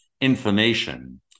information